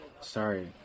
Sorry